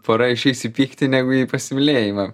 pora išeis į pyktį negu į pasimylėjimą